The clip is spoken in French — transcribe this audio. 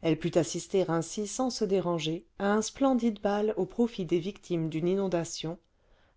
elle put assister ainsi sans se déranger à un splendide bal au profit des victimes d'une inondation